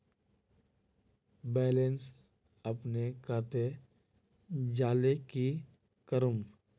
Balance अपने कते जाले की करूम?